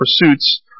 pursuits